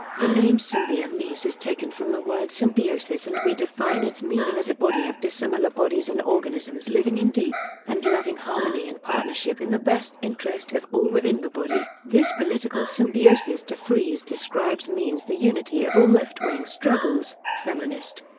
the name symbionese is taken from the word symbiosis and we define its meaning as a body of dissimilar bodies and organisms living in deep and loving harmony and partnership in the best interest of all within the body. this political symbiosis defreeze describes means the unity of all left-wing struggles, feminist,